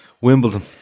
Wimbledon